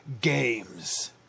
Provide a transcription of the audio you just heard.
Games